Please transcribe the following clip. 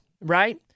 right